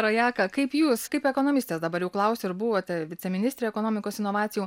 rojaka kaip jūs kaip ekonomistės dabar jau klausiu ir buvote viceministrė ekonomikos inovacijų